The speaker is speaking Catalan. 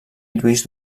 lluís